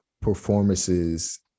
performances